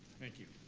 thank you.